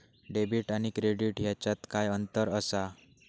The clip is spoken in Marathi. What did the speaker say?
डेबिट आणि क्रेडिट ह्याच्यात काय अंतर असा?